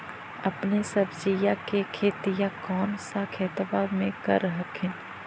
अपने सब्जिया के खेतिया कौन सा खेतबा मे कर हखिन?